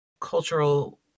cultural